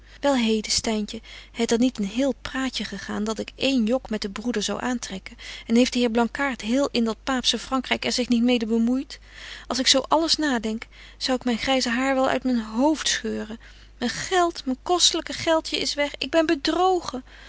wel heden styntje het er niet een heel praatje gegaan dat ik één jok met den broeder zou aantrekken en heeft de heer blankaart heel in dat paapsche vrankryk er zich niet mede bemoeit als ik zo alles nadenk zou ik myn gryze hair wel uit men hoofd scheuren myn geld myn kostelyke geldje is weg ik ben bedrogen